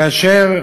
כאשר